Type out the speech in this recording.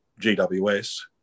GWS